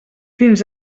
fins